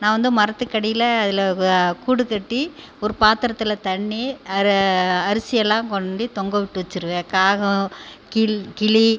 நான் வந்து மரத்துக்கடியில் அதில் கூடுக்கட்டி ஒரு பாத்துரத்தில் தண்ணி அரிசியெல்லாம் கொண்டி தொங்கவிட்டு வச்சுருவேன் காகம் கிளி